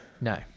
No